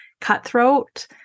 cutthroat